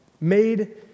made